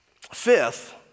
Fifth